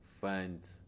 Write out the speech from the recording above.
find